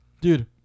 dude